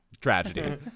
tragedy